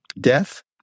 Death